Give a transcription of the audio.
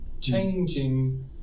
changing